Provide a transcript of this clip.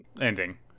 ending